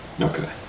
Okay